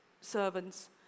servants